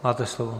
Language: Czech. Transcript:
Máte slovo.